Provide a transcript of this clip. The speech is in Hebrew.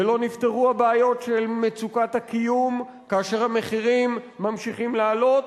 ולא נפתרו הבעיות של מצוקת הקיום כאשר המחירים ממשיכים לעלות